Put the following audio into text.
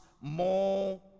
more